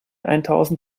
eintausend